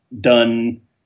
done